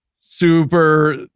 super